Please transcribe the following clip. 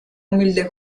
humilde